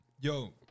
Yo